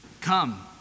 Come